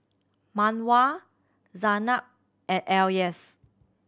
Mawar Zaynab and Elyas